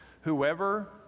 Whoever